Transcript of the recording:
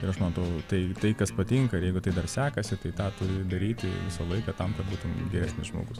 ir aš man atrodo tai tai kas patinka ir jeigu tai dar sekasi tai tą turi daryti visą laiką tam kad būtum geresnis žmogus